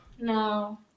No